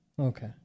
Okay